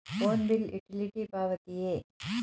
Phone bill utility ಪಾವತಿಯೇ?